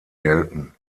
gelten